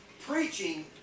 preaching